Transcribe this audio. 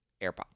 AirPods